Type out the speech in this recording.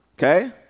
Okay